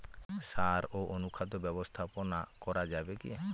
সাড় ও অনুখাদ্য ব্যবস্থাপনা করা যাবে কি?